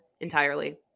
entirely